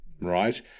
right